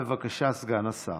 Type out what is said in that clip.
בבקשה, סגן השר.